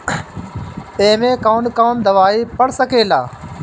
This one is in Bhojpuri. ए में कौन कौन दवाई पढ़ सके ला?